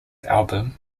album